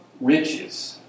riches